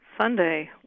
Sunday